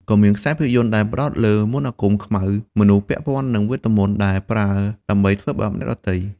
ក៏មានខ្សែភាពយន្តដែលផ្តោតលើមន្តអាគមខ្មៅ មនុស្សពាក់ពន្ធ័នឹងវេទមន្តដែលប្រើដើម្បីធ្វើបាបអ្នកដទៃ។